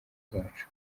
zacu